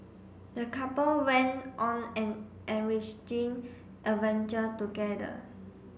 the couple went on an enriching adventure together